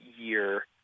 year